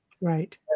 Right